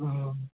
অ